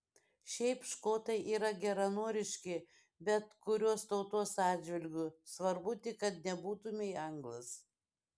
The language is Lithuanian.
šiaip škotai yra geranoriški bet kurios tautos atžvilgiu svarbu tik kad nebūtumei anglas